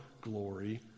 glory